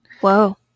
Whoa